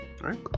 right